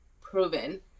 proven